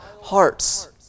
hearts